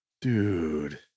Dude